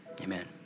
amen